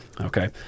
Okay